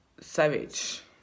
savage